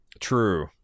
True